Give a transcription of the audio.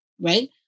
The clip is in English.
Right